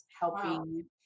helping